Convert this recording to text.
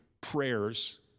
prayers